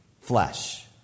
flesh